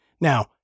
Now